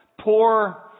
poor